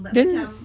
then